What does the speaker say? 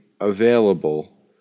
available